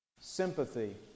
Sympathy